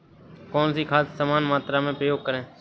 कौन सी खाद समान मात्रा में प्रयोग करें?